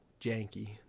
janky